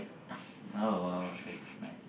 oh !wow! that's nice